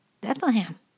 Bethlehem